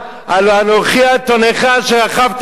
"הלוא אנֹכי אתֹנך אשר רכבת עלי"